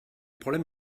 problème